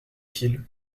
kil